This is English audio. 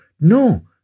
No